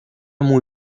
muy